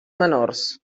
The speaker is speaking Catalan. menors